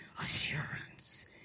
assurance